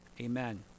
Amen